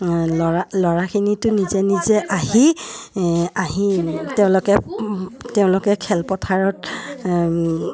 ল'ৰা ল'ৰাখিনিতো নিজে নিজে আহি আহি তেওঁলোকে তেওঁলোকে খেলপথাৰত